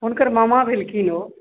हुनकर मामा भेलखिन ओ